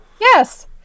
yes